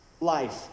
Life